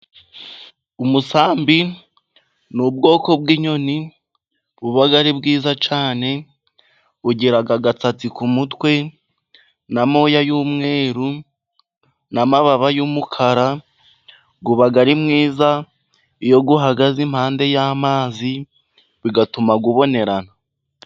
Umusambi nin ubwoko bw'inyoni buba ari bwiza cyane, bugira agasatsi ku mutwe n'amoya y'umweru n'amababa y'umukara, uba ari mwiza, iyo uhagaze impande y'amazi bigatuma ubonerana.